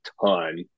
ton